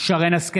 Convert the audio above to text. שרן מרים השכל,